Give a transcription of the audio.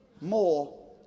more